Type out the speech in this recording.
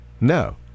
No